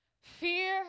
fear